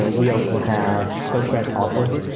ah we also have postgres also.